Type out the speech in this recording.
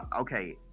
okay